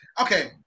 Okay